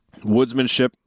woodsmanship